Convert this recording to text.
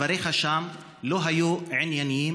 דבריך שם לא היו ענייניים,